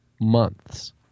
months